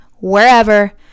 wherever